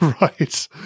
Right